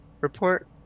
report